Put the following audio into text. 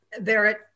Barrett